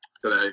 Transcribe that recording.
today